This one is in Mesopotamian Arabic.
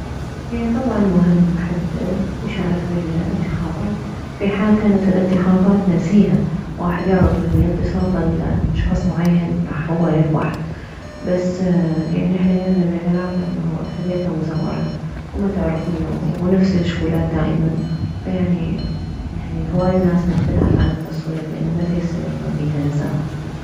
هي طبعا مهم واحد يشارك بالانتخابات في حال كانت الانتخابات نزيهة واحد يعرف من ينطي صوته لشخص معين راح هو يربح بس يعني احنا يمنه بالعراق اكثريته مزورة وما تعرف منو ونفس الشكولات دائما فيعني يعني هواية ناس امتنعت عن التصويت لان مديصير بيها نزاهة